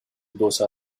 those